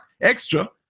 extra